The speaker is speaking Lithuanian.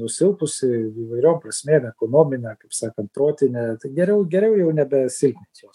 nusilpusi įvairiom prasmėm ekonomine kaip sakant protine geriau geriau jau nebesilpnint jos